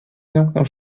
zamknął